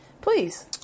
Please